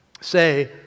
say